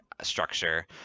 structure